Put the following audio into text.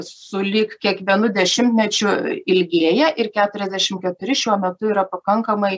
sulig kiekvienu dešimtmečiu ilgėja ir keturiasdešim keturi šiuo metu pakankamai